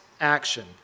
action